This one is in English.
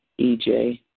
EJ